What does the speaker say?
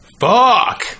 Fuck